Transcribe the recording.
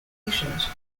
auditions